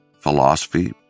Philosophy